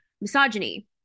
misogyny